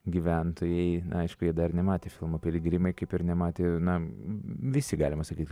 gyventojai aišku jie dar nematė filmo piligrimai kaip ir nematė na visi galima sakyti